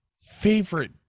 favorite